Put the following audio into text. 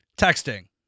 texting